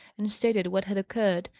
and stated what had occurred,